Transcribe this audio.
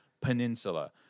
Peninsula